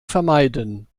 vermeiden